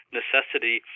necessity –